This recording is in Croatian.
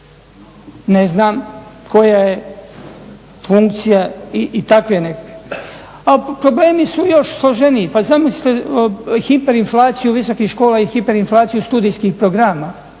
Ne znam koja je funkcija i takve nekakve. A problemi su još složeniji, pa zamislite hiperinflaciju visokih škola i hiperinflaciju studijskih programa